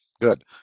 good